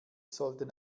sollten